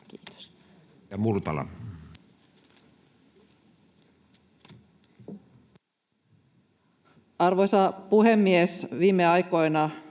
Kiitos. Edustaja Multala. Arvoisa puhemies! Viime aikoina